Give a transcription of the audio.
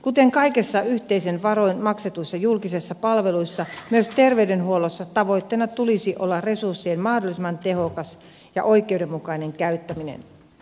kuten kaikissa yhteisin varoin maksetuissa julkisissa palveluissa myös terveydenhuollossa tavoitteena tulisi olla resurssien mahdollisimman tehokas ja oikeudenmukainen käyttäminen